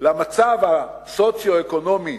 המצב הסוציו-אקונומי